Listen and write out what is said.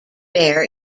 bear